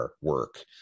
work